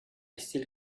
still